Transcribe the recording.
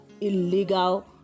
illegal